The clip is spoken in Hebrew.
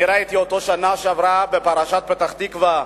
אני ראיתי אותו בשנה שעברה בפרשת פתח-תקווה,